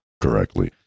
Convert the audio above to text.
correctly